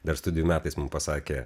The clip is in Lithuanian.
dar studijų metais man pasakė